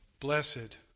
blessed